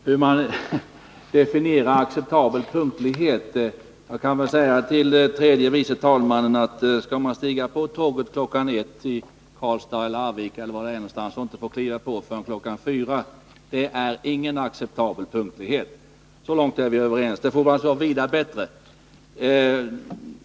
Herr talman! På frågan om hur man definierar ”acceptabel punktlighet” kan jag väl säga så här till tredje vice talmannen: Skall man stiga på tåget kl. 1 i Karlstad, Arvika eller var det kan vara någonstans och inte får göra det förrän kl. 4, då är det ingen acceptabel punktlighet. Så långt är vi överens. Det får alltså vara vida bättre.